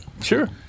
Sure